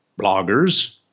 bloggers